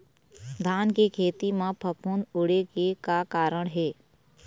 धान के खेती म फफूंद उड़े के का कारण हे?